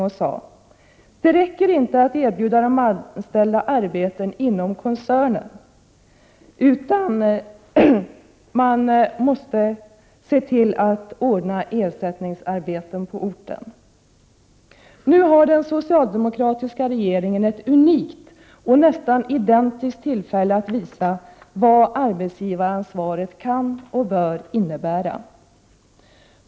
Hon sade att det inte räcker med att erbjuda de anställda arbeten inom koncernen, utan man måste ordna ersättningsarbeten på orten. Nu har den socialdemokratiska regeringen ett unikt och nästan identiskt tillfälle att visa vad arbetsgivaransvaret kan och bör innebära.